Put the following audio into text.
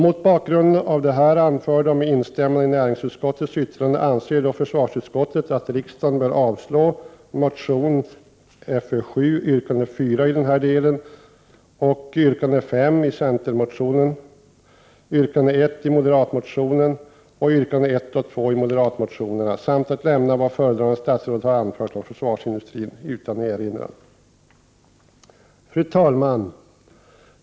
Mot bakgrund av det anförda och med instämmande i näringsutskottets yttrande anser försvarsutskottet att riksdagen bör avslå centerns motion Fö7, yrkande 4 i denna del och yrkande 5, moderaternas motioner Fö8, yrkande 1, Fö601, yrkandena 1 och 2 samt centerns motion Fö602. Därutöver bör riksdagen lämna vad föredragande statsrådet har anfört om försvarsindustrin utan erinran. Fru talman!